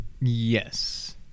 Yes